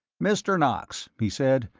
mr. knox, he said,